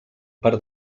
per